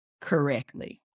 correctly